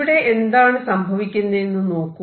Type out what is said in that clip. ഇവിടെ എന്താണ് സംഭവിക്കുന്നതെന്ന് നോക്കൂ